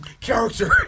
character